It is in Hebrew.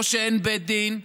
או שאין בית דין,